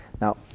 Now